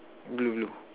blue blue